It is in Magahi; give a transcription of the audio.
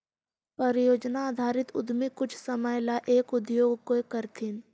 परियोजना आधारित उद्यमी कुछ समय ला एक उद्योग को करथीन